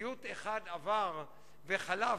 סיוט אחד עבר וחלף,